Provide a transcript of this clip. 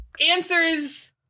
answers